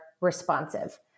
responsive